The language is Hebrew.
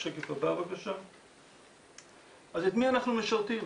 את מי אנחנו משרתים?